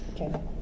Okay